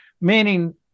meaning